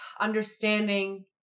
understanding